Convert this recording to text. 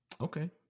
Okay